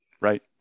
Right